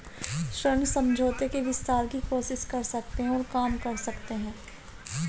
ऋण समझौते के विस्तार की कोशिश कर सकते हैं और काम कर सकते हैं